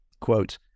quote